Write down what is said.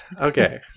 Okay